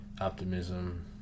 Optimism